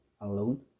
alone